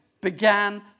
began